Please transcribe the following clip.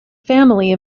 family